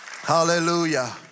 Hallelujah